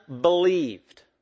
believed